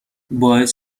باعث